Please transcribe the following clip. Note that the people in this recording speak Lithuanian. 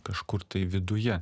kažkur tai viduje